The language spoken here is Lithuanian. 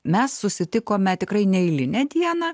mes susitikome tikrai neeilinę dieną